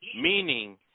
meaning